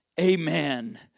Amen